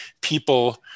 people